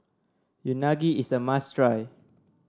unagi is a must try